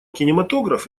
кинематограф